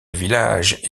village